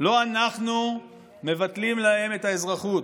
לא אנחנו מבטלים להם את האזרחות.